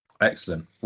Excellent